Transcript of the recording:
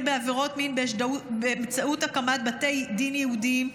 בעבירות מין באמצעות הקמת בתי דין ייעודיים.